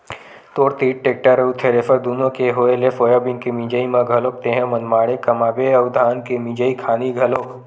तोर तीर टेक्टर अउ थेरेसर दुनो के होय ले सोयाबीन के मिंजई म घलोक तेंहा मनमाड़े कमाबे अउ धान के मिंजई खानी घलोक